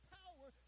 power